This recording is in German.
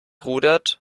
rudert